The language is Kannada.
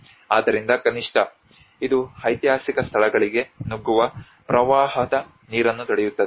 ಆದ್ದರಿಂದ ಕನಿಷ್ಠ ಇದು ಐತಿಹಾಸಿಕ ಸ್ಥಳಗಳಿಗೆ ನುಗ್ಗುವ ಪ್ರವಾಹದ ನೀರನ್ನು ತಡೆಯುತ್ತದೆ